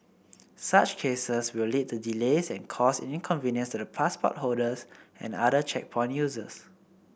such cases will lead to delays and cause inconvenience to the passport holders and other checkpoint users